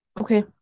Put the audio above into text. Okay